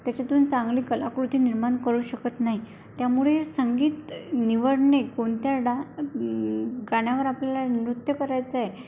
त्याच्यातून चांगली कलाकृती निर्माण करू शकत नाही त्यामुळे संगीत निवडणे कोणत्या डान्स गाण्यावर आपल्याला नृत्य करायचं आहे